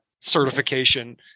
certification